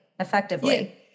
effectively